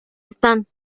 están